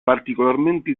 particolarmente